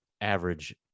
average